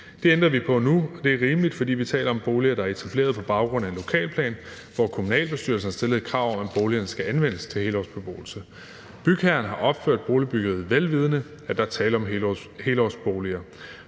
Det ændrer vi på nu, og det er rimeligt, for vi taler om boliger, der er etableret på baggrund af en lokalplan, hvor kommunalbestyrelsen har stillet et krav om, at boligerne skal anvendes til helårsbeboelse. Bygherren har opført boligbyggeriet, velvidende at der er tale om helårsboliger,